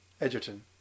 Edgerton